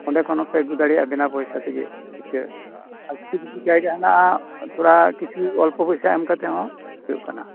ᱚᱸᱰᱮ ᱠᱷᱚᱱ ᱦᱚᱸᱯᱮ ᱟᱹᱜᱩ ᱫᱟᱲᱮᱭᱟᱜᱼᱟ ᱵᱤᱱᱟᱹ ᱯᱚᱭᱥᱟ ᱛᱮ ᱤᱛᱟᱹ ᱠᱤᱪᱷᱩᱼᱠᱤᱪᱷᱩ ᱡᱟᱭᱜᱟ ᱦᱮᱱᱟᱜᱼᱟ ᱠᱤᱪᱷᱩ ᱛᱷᱚᱲᱟ ᱚᱞᱯᱚ ᱯᱚᱭᱥᱟ ᱮᱢ ᱠᱟᱛᱮ ᱦᱚ ᱦᱩᱭᱩᱜ ᱠᱟᱱᱟᱹ